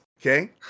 okay